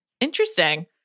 Interesting